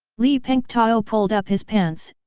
li pengtao pulled up his pants,